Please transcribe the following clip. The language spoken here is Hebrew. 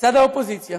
מצד האופוזיציה